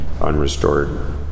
unrestored